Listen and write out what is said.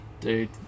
dude